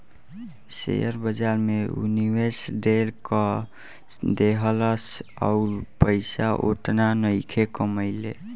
share बाजार में ऊ निवेश ढेर क देहलस अउर पइसा ओतना नइखे कमइले